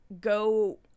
go